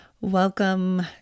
Welcome